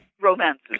Romances